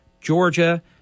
Georgia